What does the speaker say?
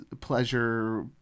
pleasure